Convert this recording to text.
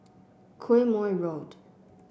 Quemoy Road